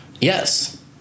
Yes